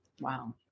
Wow